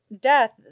Death